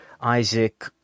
Isaac